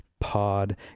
pod